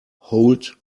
hold